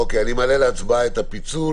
אוקיי, אני מעלה להצבעה את הפיצול,